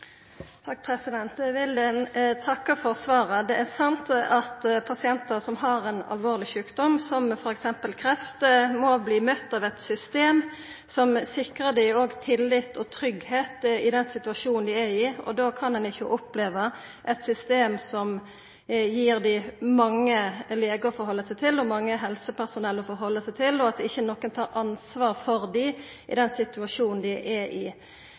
Eg vil takka for svaret. Det er sant at pasientar som har ein alvorleg sjukdom, som f.eks. kreft, må verta møtte av eit system som òg sikrar dei tillit og tryggleik i den situasjonen dei er i. Då kan dei ikkje oppleva eit system med mange legar – helsepersonell – å halda seg til, og der ingen tar ansvar for dei i denne situasjonen. Det er, som sagt, 13 år sidan det første gongen vart sagt i